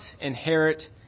inherit